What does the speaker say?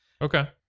Okay